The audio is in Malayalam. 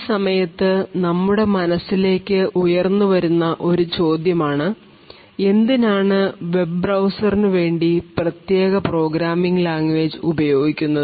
ഈ സമയത്ത് നമ്മുടെ മനസ്സിലേക്ക് ഉയർന്നുവരുന്ന ഒരു ചോദ്യമാണ് എന്തിനാണ് വെബ് ബ്രൌസർ നു വേണ്ടി പ്രത്യേക പ്രോഗ്രാമിംഗ് ലാംഗ്വേജ് ഉപയോഗിക്കുന്നത്